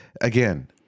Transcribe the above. again